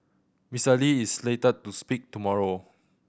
Mister Lee is slated to speak tomorrow